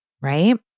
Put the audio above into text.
right